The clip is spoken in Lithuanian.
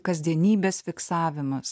kasdienybės fiksavimas